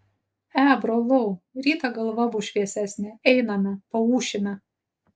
e brolau rytą galva bus šviesesnė einame paūšime